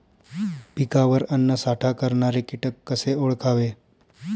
पिकावर अन्नसाठा करणारे किटक कसे ओळखावे?